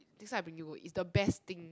next time I bring you go is the best thing